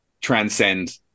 transcend